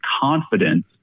confidence